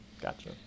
Gotcha